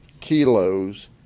kilos